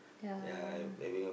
ya